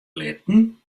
litten